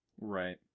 Right